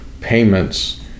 payments